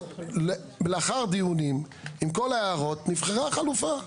לאחר דיונים עם כל ההערות, נבחרה החלופה.